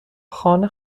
خانه